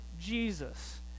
Jesus